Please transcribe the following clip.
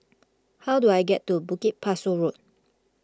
how do I get to Bukit Pasoh Road